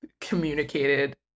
communicated